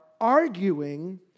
arguing